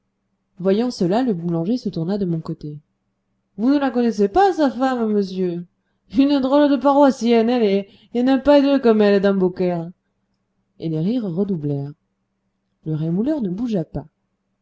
voyant cela le boulanger se tourna de mon côté vous ne la connaissez pas sa femme monsieur une drôle de paroissienne allez il n'y en a pas deux comme elle dans beaucaire les rires redoublèrent le rémouleur ne bougea pas